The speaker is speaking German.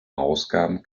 ausgaben